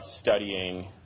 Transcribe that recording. studying